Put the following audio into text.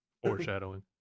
foreshadowing